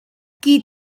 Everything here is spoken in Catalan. qui